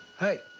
hey,